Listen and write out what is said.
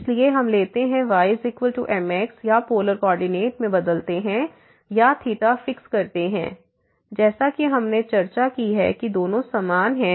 इसलिए हम लेते हैं ymx या पोलर कोऑर्डिनेट में बदलते हैं या फिक्स करते हैं जैसा कि हमने चर्चा की है कि दोनों समान हैं